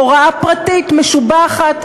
הוראה פרטית משובחת,